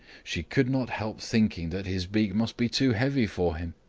she could not help thinking that his beak must be too heavy for him,